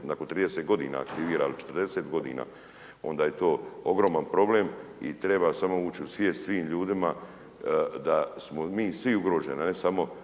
nakon 30 godina aktivira ili 40 godina, onda je to ogroman problem i treba samo ući u svijest svim ljudima da smo mi svi ugroženi, ne samo